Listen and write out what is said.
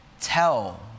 tell